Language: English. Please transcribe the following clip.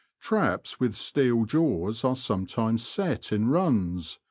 traps with steel jaws are sometimes set in runs,